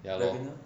ya lor